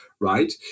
right